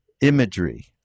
imagery